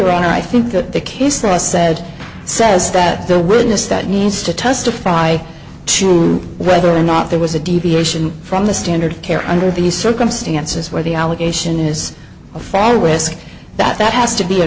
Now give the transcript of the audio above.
when i think that the case that i said says that the witness that needs to testify to whether or not there was a deviation from the standard care under these circumstances where the allegation is far wisc that that has to be a